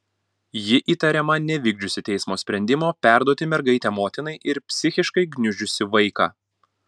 ji įtariama nevykdžiusi teismo sprendimo perduoti mergaitę motinai ir psichiškai gniuždžiusi vaiką